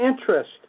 interest